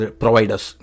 providers